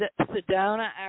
Sedona